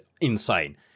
insane